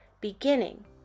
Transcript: beginning